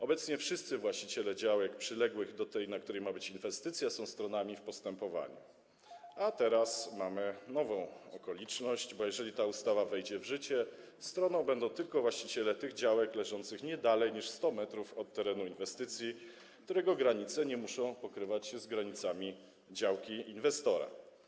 Obecnie wszyscy właściciele działek przyległych do tej, na której ma być inwestycja, są stronami w postępowaniu, a teraz mamy nową okoliczność, bo jeżeli ta ustawa wejdzie w życie, stroną będą tylko właściciele tych działek leżących nie dalej niż 100 metrów od terenu inwestycji, którego granice nie muszą pokrywać się z granicami działki inwestora.